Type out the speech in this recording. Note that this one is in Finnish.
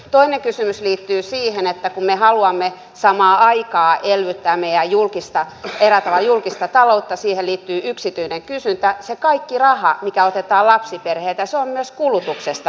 toinen kysymys liittyy siihen että kun me haluamme samaan aikaan eräällä tavalla elvyttää meidän julkista taloutta siihen liittyy yksityinen kysyntä niin se kaikki raha mikä otetaan lapsiperheiltä on myös kulutuksesta pois